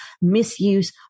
misuse